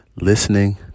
Listening